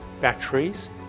batteries